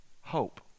hope